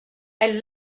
elles